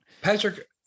Patrick